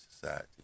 society